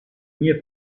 mie